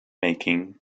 making